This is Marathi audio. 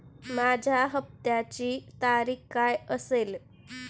माझ्या हप्त्याची तारीख काय असेल?